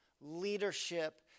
leadership